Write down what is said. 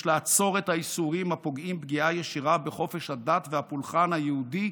יש לעצור את האיסורים הפוגעים פגיעה ישירה בחופש הדת והפולחן היהודי,